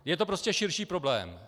Je to prostě širší problém.